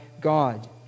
God